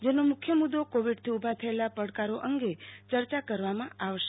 તેમાં મુખ્યત્વે કોવિડથી ઉભા થયેલા પડકારો અંગે ચર્ચા કરવામાં આવશે